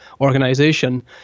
organization